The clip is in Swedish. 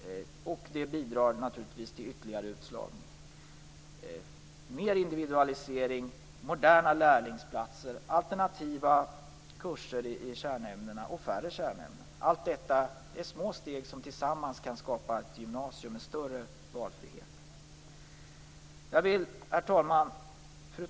Det bidrar naturligtvis till ytterligare utslagning. Det behövs mer individualisering, moderna lärlingsplatser, alternativa kurser i kärnämnen och färre kärnämnen. Allt detta är små steg som tillsammans kan skapa ett gymnasium med större valfrihet. Fru talman!